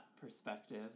perspective